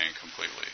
completely